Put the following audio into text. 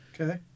okay